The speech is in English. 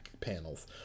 panels